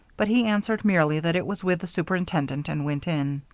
but he answered merely that it was with the superintendent, and went in.